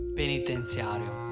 penitenziario